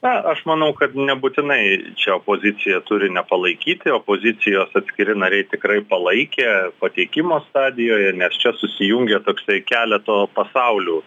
na aš manau kad nebūtinai čia opozicija turi nepalaikyti opozicijos atskiri nariai tikrai palaikė pateikimo stadijoje nes čia susijungia toksai keleto pasaulių